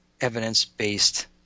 evidence-based